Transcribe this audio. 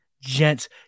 gents